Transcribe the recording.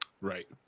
Right